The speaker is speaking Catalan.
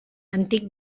antic